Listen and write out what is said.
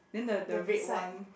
the beside